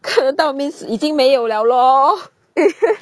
看得到 means 已经没有 liao lor